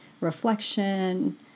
reflection